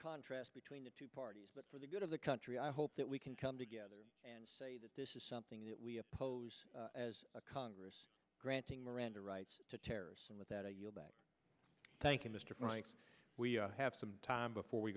contrast between the two parties but for the good of the country i hope that we can come together and say that this is something that we oppose as a congress granting miranda rights to terrorists and with that i yield back thank you mr franks we have some time before we